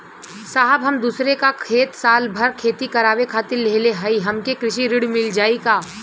साहब हम दूसरे क खेत साल भर खेती करावे खातिर लेहले हई हमके कृषि ऋण मिल जाई का?